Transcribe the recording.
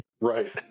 right